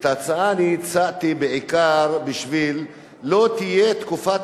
את ההצעה אני הצעתי בעיקר כדי שלא תהיה תקופת